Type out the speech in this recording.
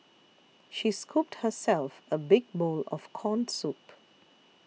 she scooped herself a big bowl of Corn Soup